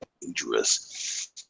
dangerous